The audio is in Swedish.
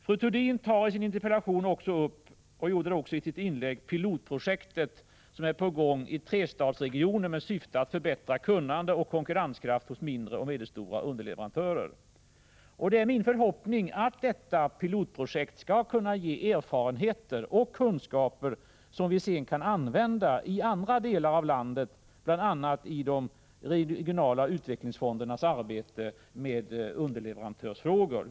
Fru Thurdin tar i sin interpellation upp, och hon tog även upp det i sitt inlägg, pilotprojektet som är på gång i trestadsregionen. Detta projekt har till syfte att förbättra kunnande och konkurrenskraft hos mindre och medelstora underleverantörer. Det är min förhoppning att detta pilotprojekt skall kunna ge erfarenheter och kunskaper som vi sedan kan använda i andra delar av landet, bl.a. i de regionala utvecklingsfondernas arbete med underleverantörsfrågor.